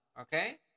Okay